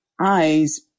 eyes